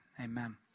amen